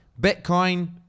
Bitcoin